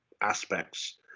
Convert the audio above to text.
aspects